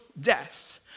death